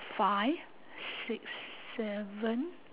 five six seven